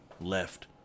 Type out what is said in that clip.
left